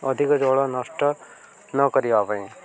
ଅଧିକ ଜଳ ନଷ୍ଟ ନ କରିବା ପାଇଁ